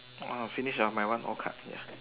!whoa! finished ah my one all cards ya